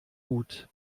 gut